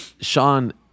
Sean